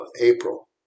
April